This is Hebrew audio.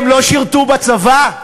הם לא שירתו בצבא?